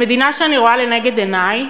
במדינה שאני רואה לנגד עיני,